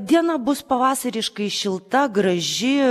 diena bus pavasariškai šilta graži